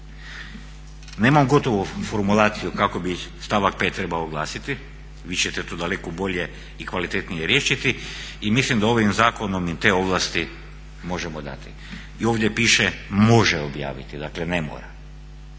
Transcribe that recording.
Nemam gotovu formulaciju kako bi stavak 5. trebao glasiti. Vi ćete to daleko bolje i kvalitetnije riješi. I mislim da ovim zakonom i te ovlasti možemo dati. I ovdje piše može objaviti, dakle ne mora.